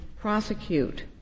prosecute